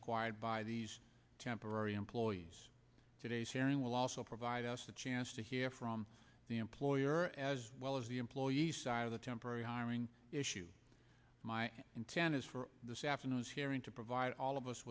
acquired by these temporary employees today's hearing will also provide us a chance to hear from the employer as well as the employees side of the temporary hiring issue my intent is for this afternoon's hearing to provide all of us